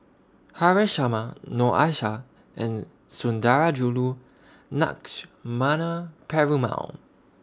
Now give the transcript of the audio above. Haresh Sharma Noor Aishah and Sundarajulu Lakshmana Perumal